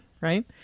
Right